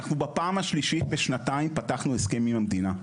אנחנו בפעם השלישית בשנתיים פתחנו הסכם עם המדינה,